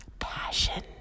Passion